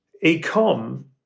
e-com